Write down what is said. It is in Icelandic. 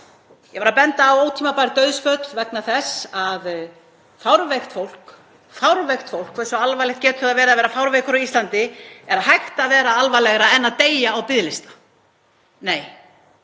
Ég var að benda á ótímabær dauðsföll vegna þess að fárveikt fólk — hversu alvarlegt getur það verið að vera fárveikur á Íslandi, getur það verið alvarlegra en að deyja á biðlista? Nei,